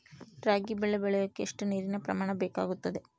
ರಾಗಿ ಬೆಳೆ ಬೆಳೆಯೋಕೆ ಎಷ್ಟು ನೇರಿನ ಪ್ರಮಾಣ ಬೇಕಾಗುತ್ತದೆ?